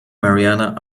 mariana